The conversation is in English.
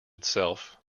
itself